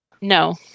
No